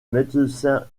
médecin